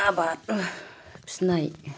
आबाद फिनाय